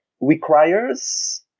requires